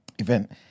event